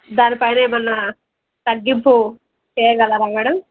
దానిపైన ఏమన్నా తగ్గింపు చేయగలరాా మేడం